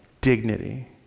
dignity